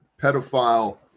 pedophile